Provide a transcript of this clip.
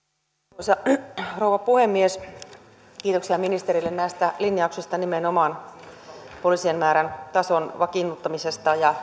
arvoisa rouva puhemies kiitoksia ministerille näistä linjauksista nimenomaan poliisien määrän tason vakiinnuttamisesta ja